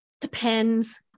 Depends